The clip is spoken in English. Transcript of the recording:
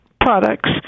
products